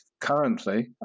currently